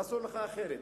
ואסור לך אחרת.